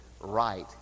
right